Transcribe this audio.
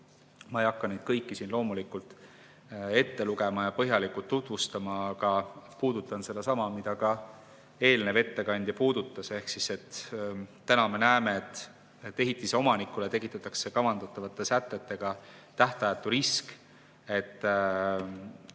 Ma ei hakka neid kõiki siin loomulikult ette lugema ja põhjalikult tutvustama, aga puudutan sedasama teemat, mida ka eelmine ettekandja puudutas. Me näeme, et ehitise omanikule tekitatakse kavandatavate sätetega tähtajatu risk, et